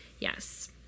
Yes